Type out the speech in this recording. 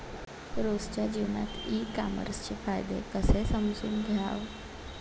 रोजच्या जीवनात ई कामर्सचे फायदे कसे समजून घ्याव?